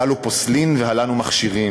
הללו פוסלין והללו מכשירין"